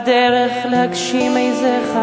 צריך להיות אכפתיים, ערבים איש לרעהו.